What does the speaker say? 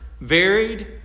varied